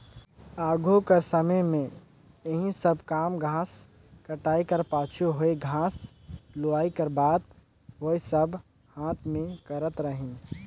आघु कर समे में एही सब काम घांस कटई कर पाछू होए घांस लुवई कर बात होए सब हांथे में करत रहिन